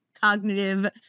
cognitive